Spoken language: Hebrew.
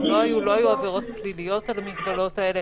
גם לא היו עבירות פליליות על המגבלות האלה.